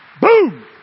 Boom